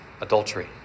adultery